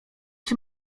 czy